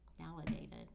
validated